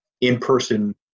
in-person